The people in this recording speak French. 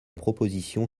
proposition